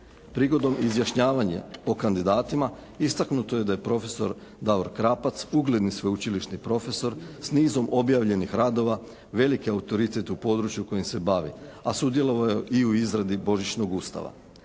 Prigodom izjašnjavanja o kandidatima istaknuto je da je profesor Davor Krapac ugledni sveučilišni profesor s nizom objavljenih radova, velik je autoritet u području u kojem se bavi, a sudjelovao je i u izradi Božićnog Ustava.